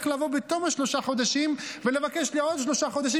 לבוא בתום שלושה חודשים ולבקש לעוד שלושה חודשים,